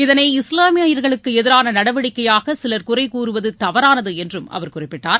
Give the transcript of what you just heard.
இதனை இஸ்லாமியர்களுக்கு எதிரான நடவடிக்கையாக சிலர் குறை கூறுவது தவறானது என்றும் அவர் குறிப்பிட்டார்